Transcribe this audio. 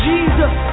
Jesus